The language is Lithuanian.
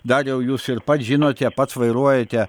dariau jūs ir pats žinote pats vairuojate